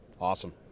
Awesome